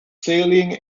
sailing